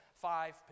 five